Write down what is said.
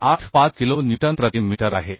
485 kilo newton प्रति metre आहे